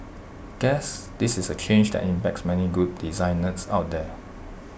guess this is A change that impacts many good design nerds out there